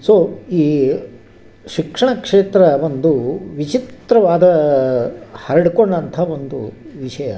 so ಈ ಶಿಕ್ಷಣ ಕ್ಷೇತ್ರ ಒಂದು ವಿಚಿತ್ರವಾದ ಹರಡಿಕೊಂಡಂಥ ಒಂದು ವಿಷಯ